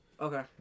Okay